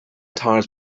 tires